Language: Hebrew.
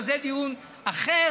אבל זה דיון אחר.